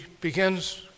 begins